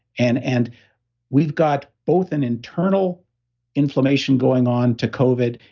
and and we've got both an internal inflammation going on to covid,